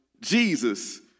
Jesus